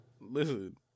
Listen